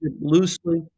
loosely